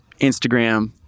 Instagram